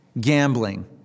gambling